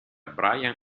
bryan